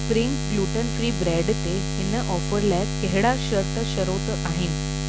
spring gluten free bread ते हिन offer लाइ कहिड़ा शर्त शरोत आहिनि